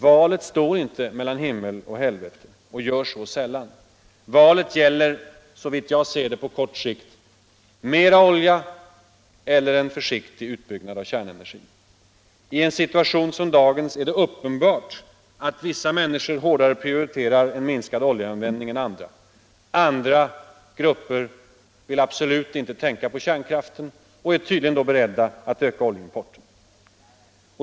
Valet står inte mellan himmel och helvete — och gör så sällan. Valet gäller, såvitt jag ser det, på kort sikt: mera olja eller en försiktig utbyggnad av kärnenergi. I en situation som dagens är det uppenbart att vissa människor hårdare än andra prioriterar en minskad oljeanvändning. Andra grupper vill absolut inte tänka på kärnkraften och är tydligen då beredda att öka oljeimporten.